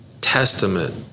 testament